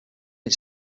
its